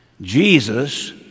Jesus